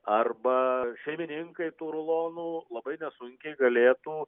arba šeimininkai tų rulonų labai nesunkiai galėtų